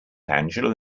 angela